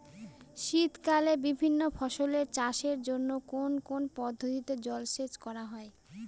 শীতকালে বিভিন্ন ফসলের চাষের জন্য কোন কোন পদ্ধতিতে জলসেচ করা হয়?